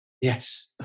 yes